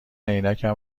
عینکم